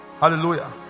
Hallelujah